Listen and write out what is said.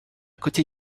côté